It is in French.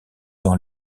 dans